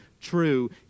true